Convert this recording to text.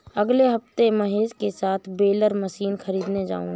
अगले हफ्ते महेश के साथ बेलर मशीन खरीदने जाऊंगा